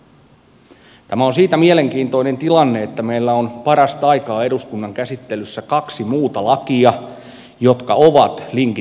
tämä on siitä mielenkiintoinen tilanne että meillä on parastaikaa eduskunnan käsittelyssä kaksi muuta lakia jotka ovat linki